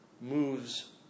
moves